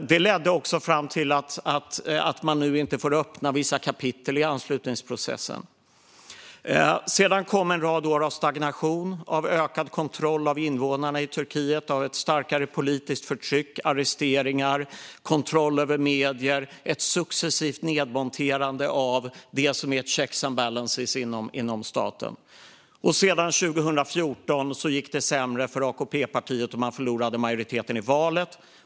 Det ledde fram till att man nu inte får öppna vissa kapitel i anslutningsprocessen. Sedan kom en rad år av stagnation, ökad kontroll av invånarna i Turkiet, starkare politiskt förtryck, arresteringar och kontroll över medier. Det var ett successivt nedmonterande av det som är checks and balances inom staten. Sedan 2014 gick det sämre för AKP-partiet. Man förlorade majoriteten i valet.